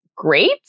great